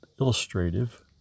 illustrative